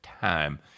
time